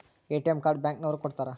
ATM card bank ನವರು ಕೊಡ್ತಾರ